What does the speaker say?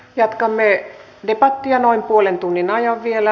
jatkamme debattia noin puolen tunnin ajan vielä